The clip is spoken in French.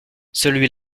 celui